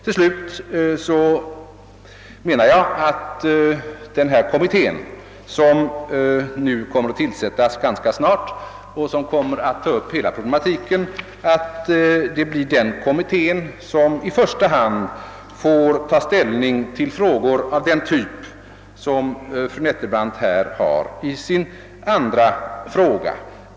Till slut vill jag framhålla att den kommitté som kommer att tillsättas ganska snart och som kommer att ta upp hela problematiken om den eftergymnasiala utbildningen får ta ställning till frågor av den typ som fru Nettelbrandt här tog upp i sin andra fråga.